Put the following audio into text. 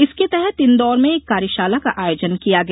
इसके तहत इंदौर में एक कार्यशाला का आयोजन किया गया